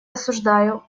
осуждаю